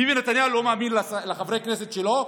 ביבי נתניהו לא מאמין לחברי הכנסת שלו,